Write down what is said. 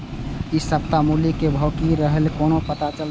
इ सप्ताह मूली के भाव की रहले कोना पता चलते?